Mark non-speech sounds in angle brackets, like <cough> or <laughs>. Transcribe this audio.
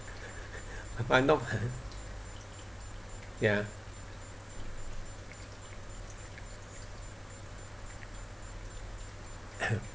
I'm not <laughs> ya <coughs>